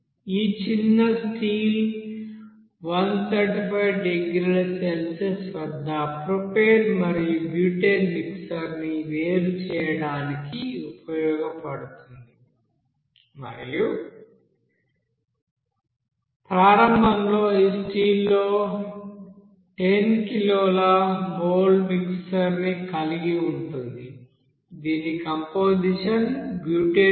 ఈ చిన్న స్టీల్ 135 డిగ్రీల సెల్సియస్ వద్ద ప్రొపేన్ మరియు బ్యూటేన్ మిక్సర్ ని వేరు చేయడానికి ఉపయోగించబడుతుంది మరియు ప్రారంభంలో ఆ స్టీల్ లో 10 కిలోల మోల్స్ మిక్సర్ ని కలిగి ఉంటుంది దీని కంపొజిషన్ బ్యూటేన్ యొక్క x0